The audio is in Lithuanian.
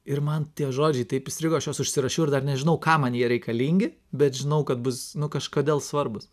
ir man tie žodžiai taip įstrigo aš juos užsirašiau ir dar nežinau kam man jie reikalingi bet žinau kad bus kažkodėl svarbūs